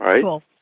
Cool